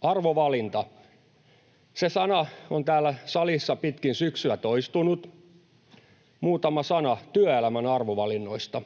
Arvovalinta, se sana on täällä salissa pitkin syksyä toistunut. Muutama sana työelämän arvovalinnoista.